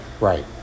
Right